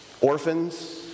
orphans